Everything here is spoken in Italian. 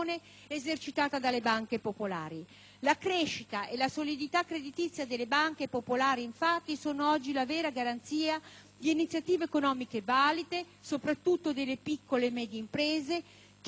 La crescita e la solidità creditizia delle banche popolari, infatti, sono oggi la vera garanzia di iniziative economiche valide, soprattutto delle piccole e medie imprese, che, in questa difficile congiuntura,